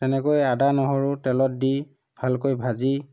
এনেকৈ আদা নহৰু তেলত দি ভালকৈ ভাজি